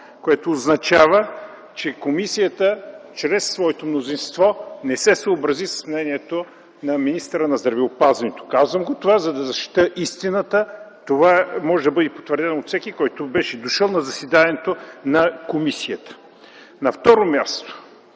което означава, че комисията чрез своето мнозинство не се съобрази с мнението на министъра на здравеопазването. Казвам това, за да защитя истината. Това може да бъде потвърдено от всеки, който беше дошъл на заседанието на комисията. На второ място,